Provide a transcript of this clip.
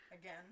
again